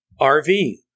RV